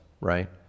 right